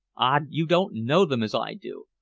ah! you don't know them as i do!